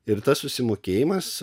ir tas susimokėjimas